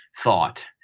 thought